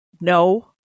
No